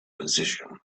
position